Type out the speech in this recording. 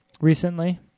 recently